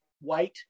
white